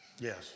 Yes